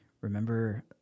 remember